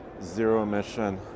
zero-emission